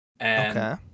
Okay